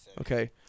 Okay